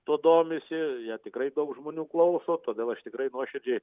tuo domisi ją tikrai daug žmonių klauso todėl aš tikrai nuoširdžiai